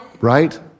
right